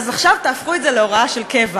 אז עכשיו תהפכו את זה להוראה של קבע.